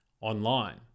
online